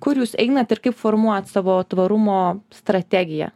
kur jūs einat ir kaip formuojat savo tvarumo strategiją